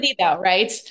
right